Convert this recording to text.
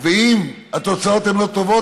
ואם התוצאות לא טובות,